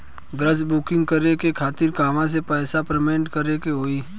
Gas booking करे के खातिर कहवा से पैसा पेमेंट करे के होई?